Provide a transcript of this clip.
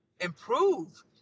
improve